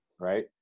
right